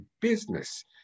business